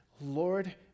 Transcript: Lord